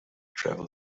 travel